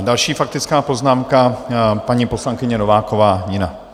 Další faktická poznámka, paní poslankyně Nováková Nina.